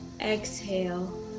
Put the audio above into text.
Exhale